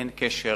אין קשר,